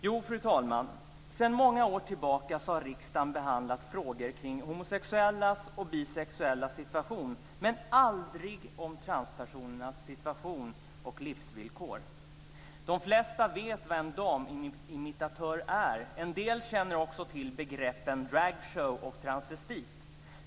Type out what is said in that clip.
Jo, fru talman, sedan många år tillbaka har riksdagen behandlat frågor kring homosexuellas och bisexuellas situation, men man har aldrig behandlat transpersonernas situation och livsvillkor. De flesta vet vad en damimitatör är. En del känner också till begreppen dragshow och transvestit.